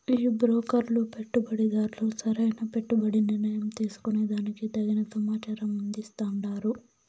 ఈ బ్రోకర్లు పెట్టుబడిదార్లు సరైన పెట్టుబడి నిర్ణయం తీసుకునే దానికి తగిన సమాచారం అందిస్తాండారు